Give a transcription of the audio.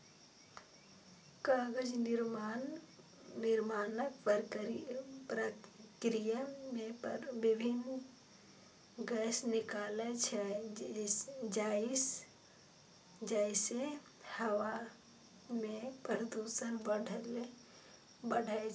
कागज निर्माणक प्रक्रिया मे विभिन्न गैस निकलै छै, जइसे हवा मे प्रदूषण बढ़ै छै